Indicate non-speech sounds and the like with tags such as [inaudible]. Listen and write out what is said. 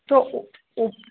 তো [unintelligible]